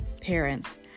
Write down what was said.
parents